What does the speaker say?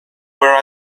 where